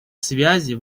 связи